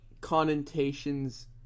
connotations